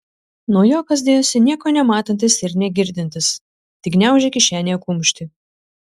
naujokas dėjosi nieko nematantis ir negirdintis tik gniaužė kišenėje kumštį